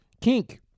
kink